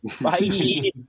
Bye